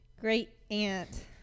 great-aunt